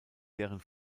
deren